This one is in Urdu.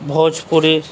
بھوجپوری